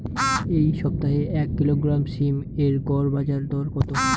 এই সপ্তাহে এক কিলোগ্রাম সীম এর গড় বাজার দর কত?